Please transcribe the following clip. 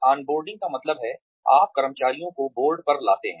on boarding का मतलब है आप कर्मचारियों को बोर्ड पर लाते हैं